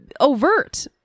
overt